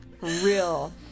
real